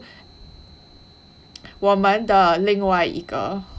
我们的另外一个